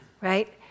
Right